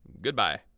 Goodbye